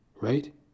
right